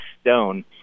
stone